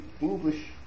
English